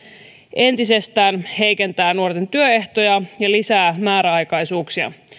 entisestään heikentää nuorten työehtoja ja lisää määräaikaisuuksia